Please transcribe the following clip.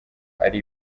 ari